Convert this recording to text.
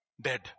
dead